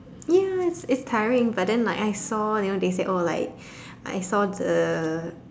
ya it's it's tiring but then like I saw you know they said oh like I saw the